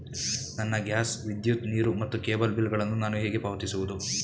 ನನ್ನ ಗ್ಯಾಸ್, ವಿದ್ಯುತ್, ನೀರು ಮತ್ತು ಕೇಬಲ್ ಬಿಲ್ ಗಳನ್ನು ನಾನು ಹೇಗೆ ಪಾವತಿಸುವುದು?